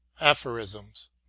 Aphorisms